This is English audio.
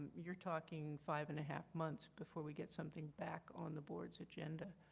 you are talking five and a half months before we get something back on the board's agenda.